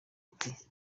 ati